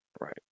Right